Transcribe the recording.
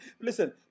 listen